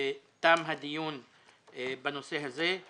תם הדיון בנושא הזה.